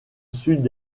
sud